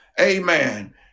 amen